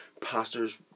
pastors